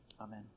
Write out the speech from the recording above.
Amen